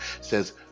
says